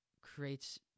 creates